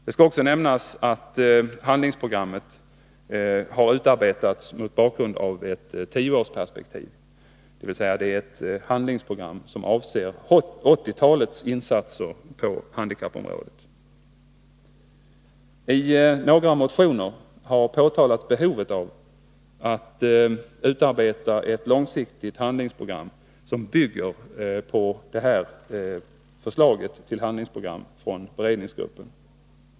Det skall också sägas att handlingsprogrammet har utarbetats mot bakgrund av ett tioårsperspektiv, dvs. handlingsprogrammet avser 1980 talets insatser på handikappområdet. I några motioner har påtalats behovet av att utarbeta ett långsiktigt handlingsprogram som bygger på detta förslag till handlingsprogram från beredningsgruppen.